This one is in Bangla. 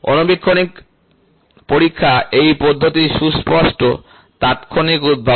অণুবীক্ষণিক পরীক্ষা এই পদ্ধতির সুস্পষ্ট তাৎক্ষণিক উদ্ভাবন